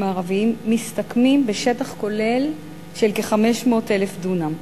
הערבים מסתכמים בשטח כולל של כ-500,000 דונם,